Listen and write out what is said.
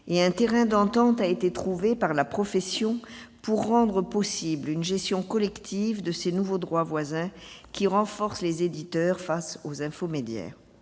et un terrain d'entente a été trouvé par la profession pour rendre possible une gestion collective de ce nouveau droit voisin renforçant les éditeurs face aux infomédiaires.